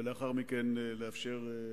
ולאחר מכן לאפשר,